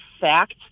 fact